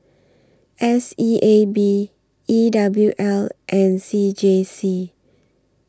S E A B E W L and C J C